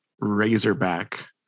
Razorback